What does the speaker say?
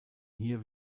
hier